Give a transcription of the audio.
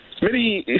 Smitty